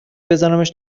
بذارمش